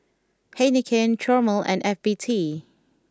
Heinekein Chomel and F B T